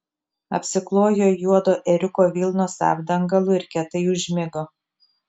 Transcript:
apsiklojo juodo ėriuko vilnos apdangalu ir kietai užmigo